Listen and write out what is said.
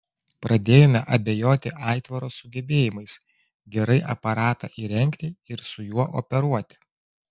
pradėjome abejoti aitvaro sugebėjimais gerai aparatą įrengti ir su juo operuoti